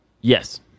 Yes